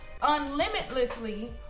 unlimitlessly